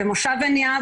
במושב עין יהב,